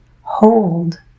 Hold